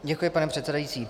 Děkuji, pane předsedající.